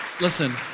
Listen